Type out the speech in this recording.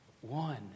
one